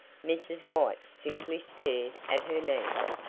mrs. white simply stared at her niece.